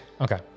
Okay